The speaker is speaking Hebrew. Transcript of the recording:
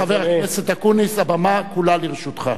חבר הכנסת אקוניס, הבמה כולה לרשותך.